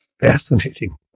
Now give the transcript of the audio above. Fascinating